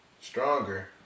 Stronger